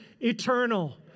eternal